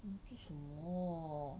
你做什么